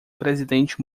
presidente